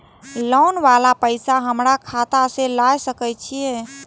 Loan वाला पैसा हमरा खाता से लाय सके छीये?